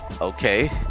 Okay